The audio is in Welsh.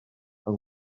yng